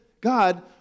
God